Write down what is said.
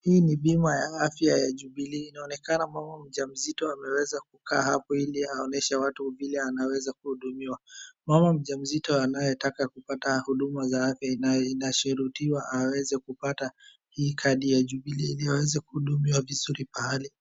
Hii ni bima ya afya ya jubilee. Inaonekana mama mjamzito ameweza kukaa hapo ili aoneshe watu vile anaweza kuhudumiwa. Mama mjamzito anayetaka kupata huduma za afya ambayo inasherutiwa aweze kupata hii kadi ya jubilee ili aweze kudumiwa vizuri pahali.